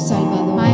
Salvador